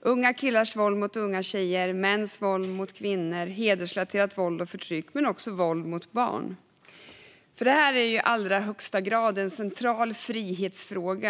unga killars våld mot unga tjejer, mäns våld mot kvinnor, hedersrelaterat våld och förtryck samt våld mot barn. Detta är i allra högsta grad en central frihetsfråga.